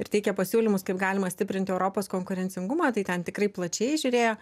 ir teikė pasiūlymus kaip galima stiprinti europos konkurencingumą tai ten tikrai plačiai žiūrėjo